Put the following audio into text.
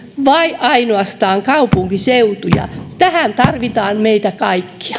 vai ainoastaan kaupunkiseutuja tähän tarvitaan meitä kaikkia